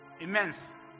Immense